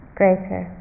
greater